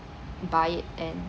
buy it and